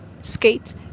skate